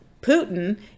Putin